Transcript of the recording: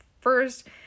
first